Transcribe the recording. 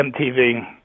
MTV